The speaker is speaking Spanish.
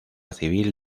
civil